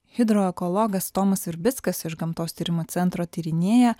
hidroekologas tomas virbickas iš gamtos tyrimų centro tyrinėja